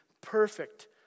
perfect